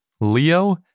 Leo